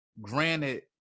granted